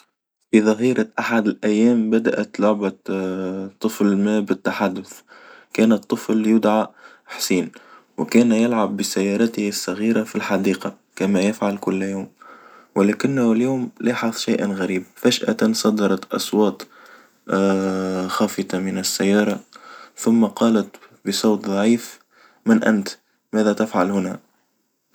في ظهيرة أحد الأيام بدأت لعبة طفل ما بالتحدث كان الطفل يدعى حسين وكان يلعب بسيارته الصغيرة في الحديقة كما يفعل كل يوم، ولكنه اليوم لاحظ شيئا غريب فجأة صدرت أصوات خافتة من السيارة ثم قالت بصوت ضعيف من أنت؟ ماذا تفعل هنا؟